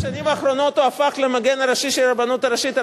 בשנים האחרונות הוא הפך למגן הראשי של הרבנות הראשית,